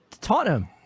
Tottenham